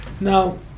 Now